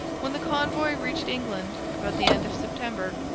when the convoy reached england about the end of september,